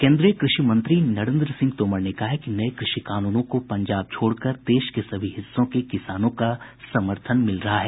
केन्द्रीय कृषि मंत्री नरेन्द्र सिंह तोमर ने कहा है कि नये कृषि कानूनों को पंजाब छोड़कर देश के सभी हिस्सों के किसानों का समर्थन मिल रहा है